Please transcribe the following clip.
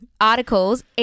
articles